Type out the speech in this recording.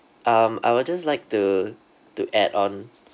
um I will just like to to add on